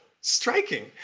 striking